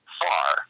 far